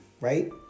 right